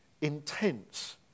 intense